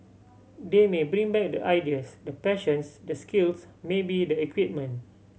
they may bring back the ideas the passions the skills maybe the equipment